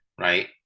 right